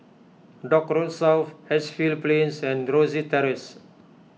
Dock Road South Edgefield Plains and Rosyth Terrace